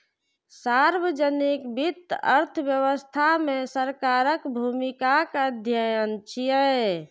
सार्वजनिक वित्त अर्थव्यवस्था मे सरकारक भूमिकाक अध्ययन छियै